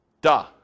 Duh